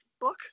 book